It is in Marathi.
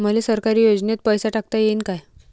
मले सरकारी योजतेन पैसा टाकता येईन काय?